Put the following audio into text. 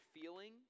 feeling